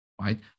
right